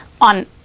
on